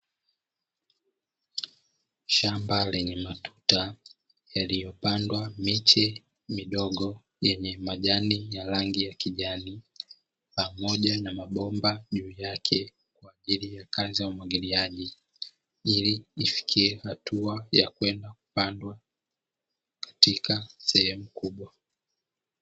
Shamba lenye matuta yaliyopandwa miche midogo yenye majani ya rangi ya kijani, pamoja na mabomba juu yake yaliyo na kazi ya umwagiliaji, ili ifikie hatua ya kwenda kupandwa katika sehemu kubwa.